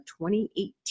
2018